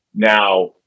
Now